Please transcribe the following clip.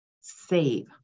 save